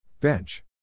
Bench